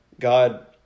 God